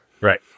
Right